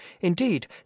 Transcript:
indeed